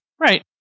Right